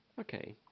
Okay